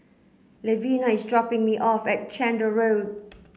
Levina is dropping me off at Chander Road